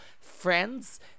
friends